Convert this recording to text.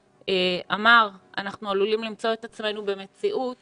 אמר שאנחנו עלולים למצוא את עצמנו במציאות